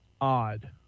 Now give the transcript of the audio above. odd